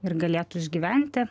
ir galėtų išgyventi